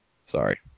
Sorry